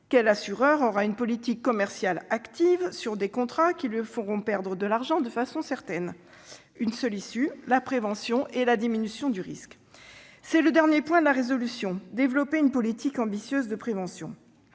Quel assureur aura une politique commerciale active sur des contrats qui lui feront perdre de l'argent de façon certaine ? La seule issue est la prévention et la diminution du risque. C'est le dernier point de la résolution :« développer une politique ambitieuse de prévention